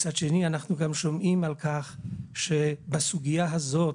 מצד שני אנחנו גם שומעים על כך שבסוגייה הזאת,